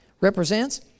represents